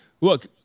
look